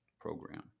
program